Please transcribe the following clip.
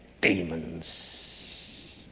demons